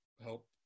help